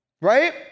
Right